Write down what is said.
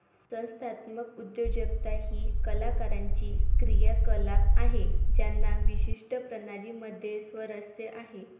संस्थात्मक उद्योजकता ही कलाकारांची क्रियाकलाप आहे ज्यांना विशिष्ट प्रणाली मध्ये स्वारस्य आहे